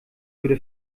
würde